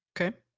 Okay